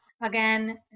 again